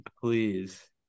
please